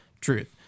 Truth